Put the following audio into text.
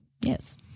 Yes